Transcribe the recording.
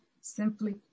simply